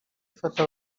ifata